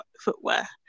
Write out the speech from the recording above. footwear